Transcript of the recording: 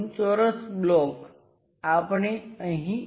આ બ્લોક તે બ્લોક મેળ ખાતો હોવો જોઈએ